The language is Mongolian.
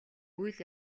үйл